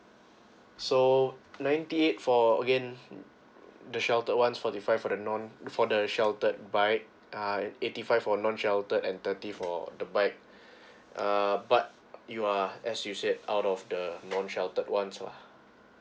so ninety eight for again the sheltered one forty five for the non for the sheltered bike uh eighty five for non sheltered and thirty for the bike uh but you are as you said out of the non sheltered ones lah